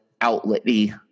outlet-y